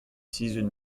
sizhun